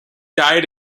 died